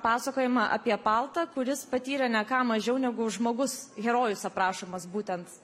pasakojimą apie paltą kuris patyrė ne ką mažiau negu žmogus herojus aprašomas būtent